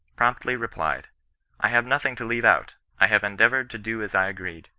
promptly replied i have nothing to leave out i have endeavoured to do as i agreed,